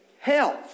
health